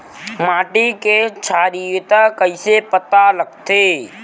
माटी के क्षारीयता कइसे पता लगथे?